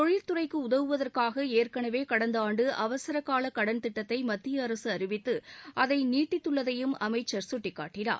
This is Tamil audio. தொழில்துறைக்கு உதவுவதற்காக ஏற்கனவே கடந்த ஆண்டு அவசரகால கடன் திட்டத்தை மத்திய அரசு அறிவித்து அதை நீடித்துள்ளதையும் அமைச்சள் சுட்டிக்காட்டியுள்ளார்